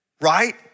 Right